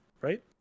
right